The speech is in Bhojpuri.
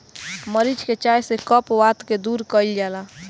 मरीच के चाय से कफ वात के दूर कइल जाला